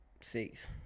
six